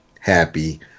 happy